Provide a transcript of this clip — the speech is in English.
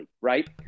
right